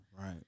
Right